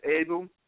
able